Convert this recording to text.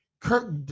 Kirk